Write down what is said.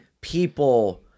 people